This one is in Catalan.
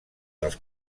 dels